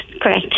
correct